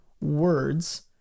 words